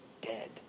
dead